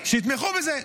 שיתמכו בזה.